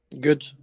Good